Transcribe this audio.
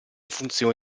funzione